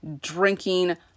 drinking